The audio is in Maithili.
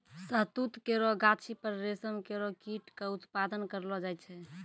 शहतूत केरो गाछी पर रेशम केरो कीट क उत्पादन करलो जाय छै